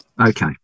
Okay